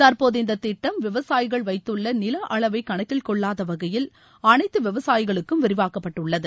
தற்போது இந்த திட்டம் விவசாயிகள் வைத்துள்ள நில அளவை கணக்கில்கொள்ளாத வகையில் அனைத்து விவசாயிகளுக்கும் விரிவாக்கப்பட்டுள்ளது